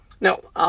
No